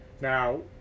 Now